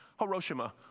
Hiroshima